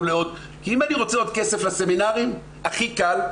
לעוד --- כי אם אני רוצה עוד כסף לסמינרים הכי קל,